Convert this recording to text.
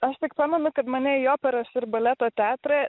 aš tik pamenu kad į mane į operos ir baleto teatrą